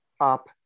up